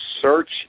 search